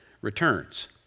returns